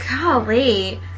golly